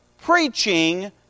preaching